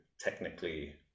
technically